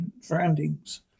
surroundings